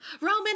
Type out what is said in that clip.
Roman